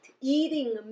eating